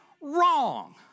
wrong